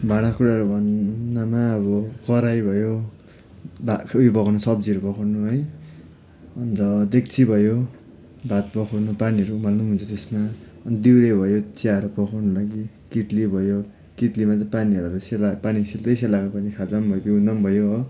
भाँडाकुँडाहरू भन्नमा अब कराही भयो भा उयो पकाउनु सब्जीहरू पकाउनु है अन्त डेक्ची भयो भात पकाउनु पानीहरू उमाल्नु हुन्छ त्यसमा अनि दिउरे भयो चियाहरू पकाउनुको लागि कित्ली भयो कित्लीमा चाहिँ पानी हालेर सेला पानीसितै सेलाएको पानी खाँदा पनि भयो पिउँदा पनि भयो हो